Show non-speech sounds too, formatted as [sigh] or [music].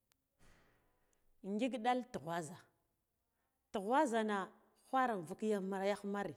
[hesitation] ngik ɗa tughwazha tughwazha na ghwarra invuk yagh mare.